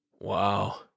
Wow